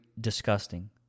disgusting